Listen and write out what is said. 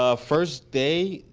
ah first day,